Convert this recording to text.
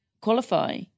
qualify